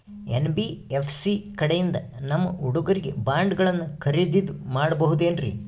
NBFC ಕಡೆಯಿಂದ ನಮ್ಮ ಹುಡುಗರಿಗೆ ಬಾಂಡ್ ಗಳನ್ನು ಖರೀದಿದ ಮಾಡಬಹುದೇನ್ರಿ?